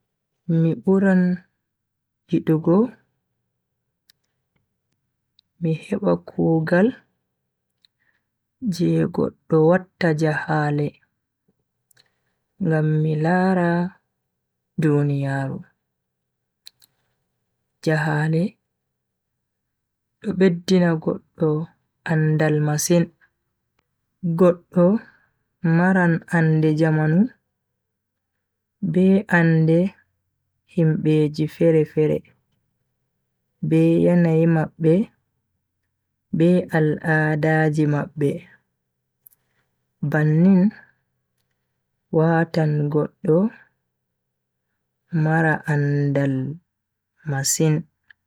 Mi buran yidugo mi heba kugal je goddo watta jahale ngam mi lara duniyaaru. jahale do beddina goddo andal masin. goddo maran ande jamanu be ande himbeji fere-fere be yanayi mabbe be al'ada ji mabbe. bannin watan goddo mara andal masin.